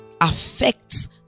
Affects